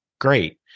Great